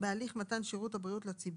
בהליך מתן שירות הבריאות לציבור: